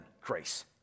grace